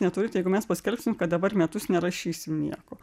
neturi tai jeigu mes paskelbsim kad dabar metus nerašysim nieko